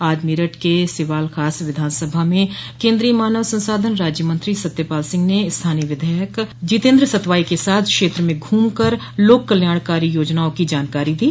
आज मेरठ के सिवाल खास विधानसभा में केन्द्रीय मानव संसाधन राज्य मंत्री सत्यपाल सिंह ने स्थानीय विधायक जितेन्द्र सतवाई के साथ क्षेत्र में घूम कर लोक कल्याणकारी योजनाओं की जानकारी दी